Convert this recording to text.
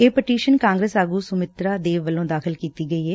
ਇਹ ਪਟੀਸ਼ਨ ਕਾਂਗਰਸ ਆਗੁ ਸੁਸਮਿਤਾ ਦੇਵ ਵੱਲੋਂ ਦਾਖਲ ਕੀਤੀ ਗਈ ਏ